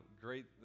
great